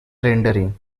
rendering